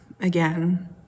again